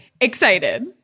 excited